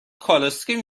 کالسکه